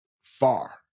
far